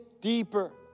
deeper